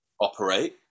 operate